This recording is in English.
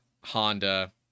Honda